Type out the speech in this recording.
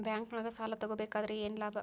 ಬ್ಯಾಂಕ್ನೊಳಗ್ ಸಾಲ ತಗೊಬೇಕಾದ್ರೆ ಏನ್ ಲಾಭ?